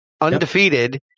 undefeated